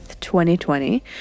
2020